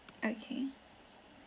okay